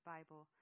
Bible